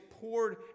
poured